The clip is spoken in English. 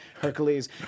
Hercules